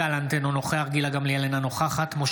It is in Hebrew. אינה נוכחת יואב גלנט,